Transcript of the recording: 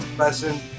Lesson